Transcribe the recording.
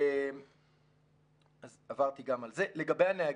לגבי הנהגים,